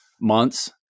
months